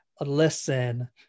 listen